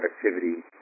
productivity